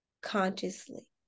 consciously